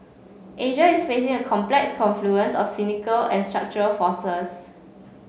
Asia is facing a complex confluence of cyclical and structural forces